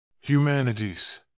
Humanities